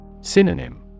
Synonym